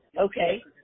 Okay